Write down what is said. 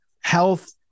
health